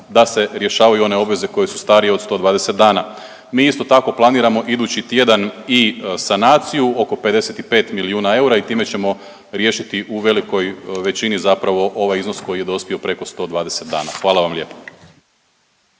da se rješavaju one obveze koje su starije od 120 dana. Mi isto tako planiramo idući tjedan i sanaciju oko 55 milijuna eura i time ćemo riješiti u velikoj većini zapravo ovaj iznos koji je dospio preko 120 dana. Hvala vam lijepa.